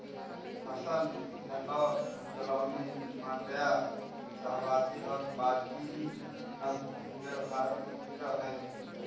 हसन, नैल्लोर, जालौनी, माण्ड्या, शाहवादी और बजीरी नस्ल की भेंड़ भारत में मिलअ हई